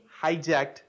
hijacked